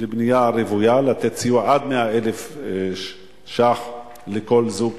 לבנייה רוויה, לתת סיוע עד 100,000 שקלים לכל זוג